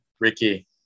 Ricky